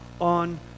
on